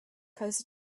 closer